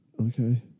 Okay